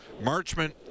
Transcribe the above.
Marchman